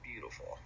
beautiful